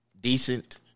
decent